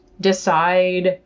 decide